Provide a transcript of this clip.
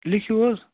لیٖکھِو حظ